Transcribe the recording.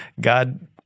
God